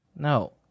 no